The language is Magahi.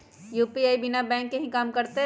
यू.पी.आई बिना बैंक के भी कम करतै?